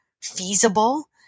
feasible